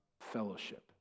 fellowship